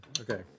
Okay